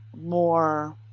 more